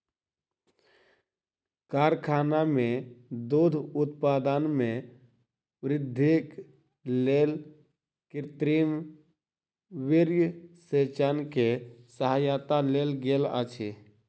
कारखाना में दूध उत्पादन में वृद्धिक लेल कृत्रिम वीर्यसेचन के सहायता लेल गेल अछि